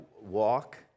Walk